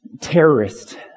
terrorist